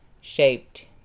shaped